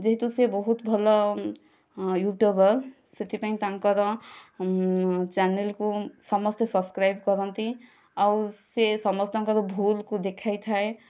ଯେହେତୁ ସେ ବହୁତ ଭଲ ୟୁଟ୍ୟୁବର୍ ସେଥିପାଇଁ ତାଙ୍କର ଚ୍ୟାନେଲକୁ ସମସ୍ତେ ସବ୍ସ୍କ୍ରାଇବ କରନ୍ତି ଆଉ ସେ ସମସ୍ତଙ୍କର ଭୁଲକୁ ଦେଖାଇଥାଏ